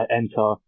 enter